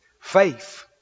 Faith